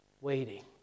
waiting